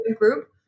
group